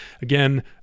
Again